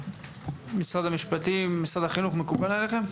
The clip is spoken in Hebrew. משרד המשפטים, משרד החינוך מקובל עליכם?